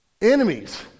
Enemies